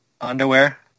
underwear